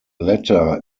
latter